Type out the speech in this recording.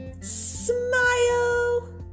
Smile